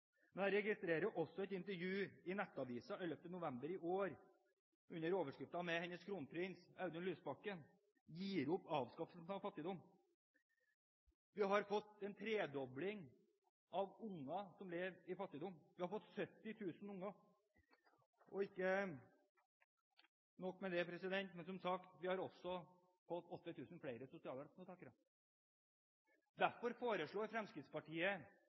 Men jeg registrerer også et intervju i Nettavisen 11. november i år med hennes kronprins, Audun Lysbakken, under overskriften «Gir opp avskaffelse av fattigdom». Vi har fått en tredobling av barn som lever i fattigdom – vi har fått 70 000 barn, og ikke nok med det: Vi har også – som sagt – fått 8 000 flere sosialhjelpsmottakere. Derfor foreslår Fremskrittspartiet